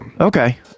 Okay